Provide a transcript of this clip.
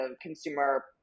consumer